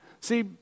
See